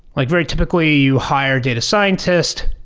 like very typically, you hire data scientist,